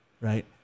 right